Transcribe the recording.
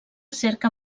cerca